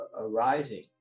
arising